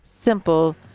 simple